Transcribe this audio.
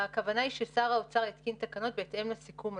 הכוונה היא ששר האוצר יתקין תקנות בהתאם לסיכום 2015,